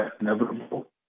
inevitable